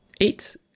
eight